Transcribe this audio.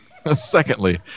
Secondly